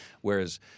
Whereas